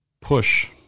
push